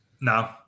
No